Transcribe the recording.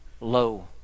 low